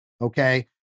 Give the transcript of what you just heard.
Okay